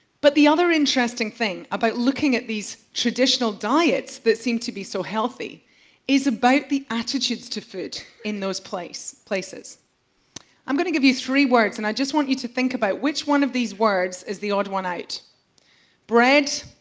but the other interesting thing about looking at these traditional diets that seem to be so healthy is about the attitudes to food in those places i'm going to give you three words and i just want you to think about which one of these is the odd one out bread,